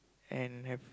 and have